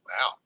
Wow